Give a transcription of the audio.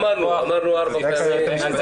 אמרנו את זה.